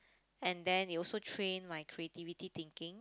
and then it also train my creativity thinking